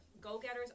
go-getters